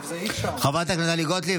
חברת הכנסת טלי גוטליב,